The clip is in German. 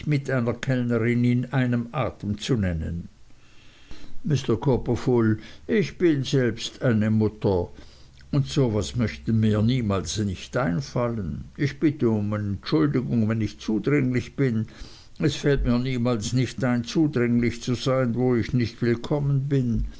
mit einer kellnerin in einem atem zu nennen mr copperfull ich bin selbst eine mutter und so etwas möcht mir niemals nicht einfallen ich bitt ihna um entschuldigung wenn ich zudringlich bin es fällt mir niemals nicht ein zudringlich zu sein wo ich nicht willkommen bin